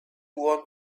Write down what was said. want